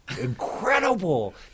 incredible